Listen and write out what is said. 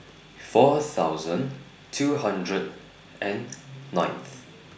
four thousand two hundred and ninth